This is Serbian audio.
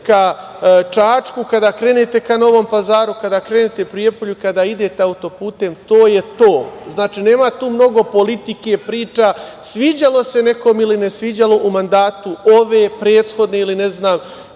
ka Čačku, kada krenete ka Novom Pazaru, kada krenete ka Prijepolju, kada idete auto-putem, to je to. Znači, nema tu mnogo politike, priča, sviđalo se nekom ili ne sviđalo, u mandatu ove, prethodne ili ne znam